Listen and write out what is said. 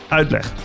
uitleg